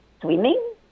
swimming